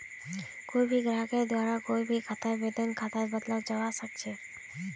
कोई भी ग्राहकेर द्वारा कोई भी खाताक वेतन खातात बदलाल जवा सक छे